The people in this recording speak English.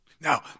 Now